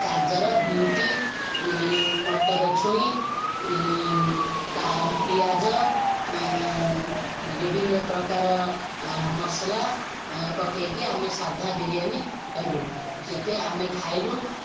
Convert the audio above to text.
ଗାଜର ବିଟ୍ ମଟର ଛୁଇଁ ପିଆଜ ବିଭିନ୍ନପ୍ରକାର ମସଲା ପକାଇକି ଆମେ ସାଧା ବିରିୟାନୀ କଲୁ ସେଥି ଆମେ ଖାଇଲୁ